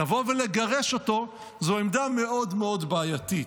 לבוא ולגרש אותו זה עמדה מאוד מאוד בעייתית,